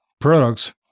Products